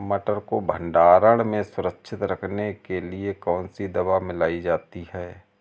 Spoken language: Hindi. मटर को भंडारण में सुरक्षित रखने के लिए कौन सी दवा मिलाई जाती है?